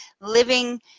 living